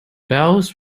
bells